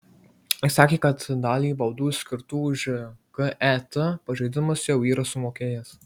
jis sakė kad dalį baudų skirtų už ket pažeidimus jau yra sumokėjęs